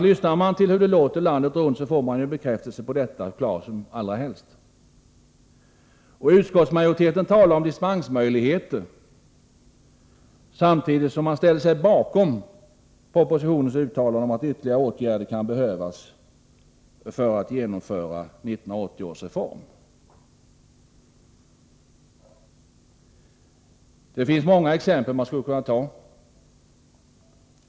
Lyssnar man till hur det låter ute i landet får man en klar bekräftelse på detta. Utskottsmajoriteten talar om dispensmöjligheter samtidigt som den ställer sig bakom uttalandet i propositionen om att ytterligare åtgärder kan behövas för att genomföra 1980 års reform. Man skulle kunna ta upp många exempel på denna punkt.